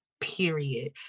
period